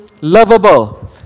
lovable